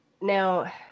now